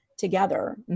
together